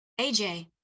AJ